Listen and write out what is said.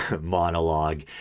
monologue